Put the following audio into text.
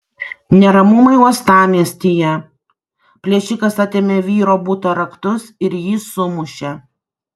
neramumai uostamiestyje plėšikas atėmė vyro buto raktus ir jį sumušė